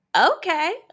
okay